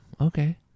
Okay